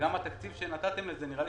נראה לי